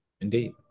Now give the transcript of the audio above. Indeed